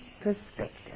perspective